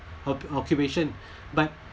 oc~ occupation but